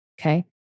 okay